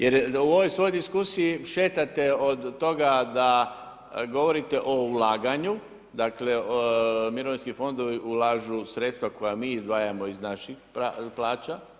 Jer u ovoj svojoj diskusiji šetate od toga da govorite o ulaganju dakle, mirovinski fondovi ulažu sredstva koja mi izdvajamo iz naših plaća.